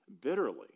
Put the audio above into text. bitterly